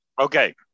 Okay